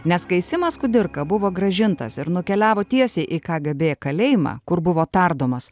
nes kai simas kudirka buvo grąžintas ir nukeliavo tiesiai į ka gė bė kalėjimą kur buvo tardomas